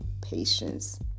patience